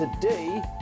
Today